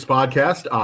Podcast